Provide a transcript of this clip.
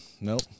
nope